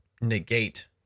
negate